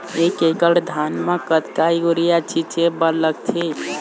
एक एकड़ धान म कतका यूरिया छींचे बर लगथे?